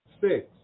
six